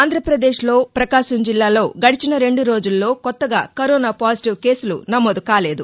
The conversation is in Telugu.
ఆంధ్రప్రదేశ్లో ప్రకాశం జిల్లాలో గడచిన రెండు రోజుల్లో కొత్తగా కరోనా పాజిటివ్ కేసులు నమోదు కాలేదు